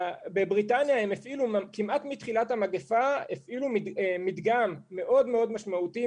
בבריטניה הם הפעילו כמעט מתחילת המגיפה מדגם מאוד-מאוד משמעותי,